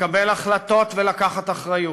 לקבל החלטות ולקחת אחריות.